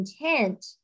intent